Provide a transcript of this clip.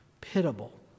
pitiable